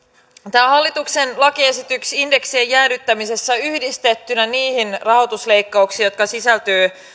tämä hallituksen lakiesitys indeksien jäädyttämisestä yhdistettynä niihin rahoitusleikkauksiin jotka sisältyvät